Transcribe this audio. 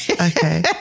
Okay